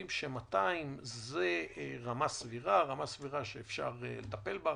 ש-200 זה רמה סבירה שאפשר לטפל בה,